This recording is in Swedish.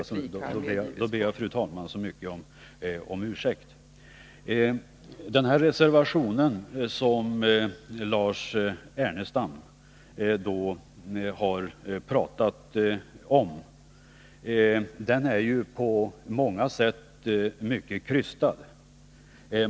Jag ber, fru talman, så mycket om ursäkt. Sven-Erik Nordin och Lars Ernestam talade emellertid om samma reservation, reservation nr 3 från centern och folkpartiet. Denna reservation är på många sätt mycket krystad.